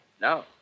No